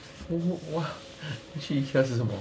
what 你去 ikea 吃什么